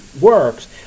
works